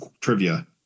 trivia